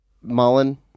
Mullen